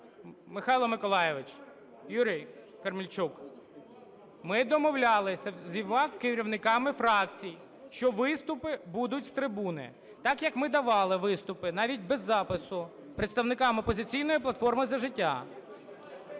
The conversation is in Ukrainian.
Михайло Миколайович, Юрій Камельчук. Ми домовлялися зі всіма керівниками фракцій, що виступи будуть з трибуни, так, як ми давали виступи навіть без запису представникам "Опозиційної платформи - За життя".